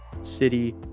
City